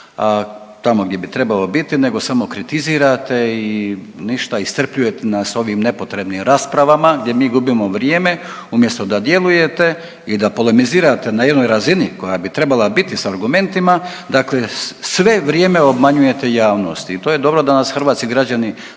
tamo gdje bi trebalo biti nego samo kritizirate i ništa, iscrpljujete nas ovim nepotrebnim raspravama gdje mi gubimo vrijeme umjesto da djelujete i da polemizirate na jednoj razini koja bi trebala biti s argumentima dakle sve vrijeme obmanjujete javnost i to je dobro da nas hrvatski građani